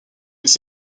mais